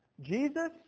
Jesus